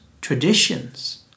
traditions